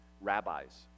rabbis